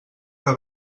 que